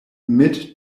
mid